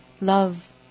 Love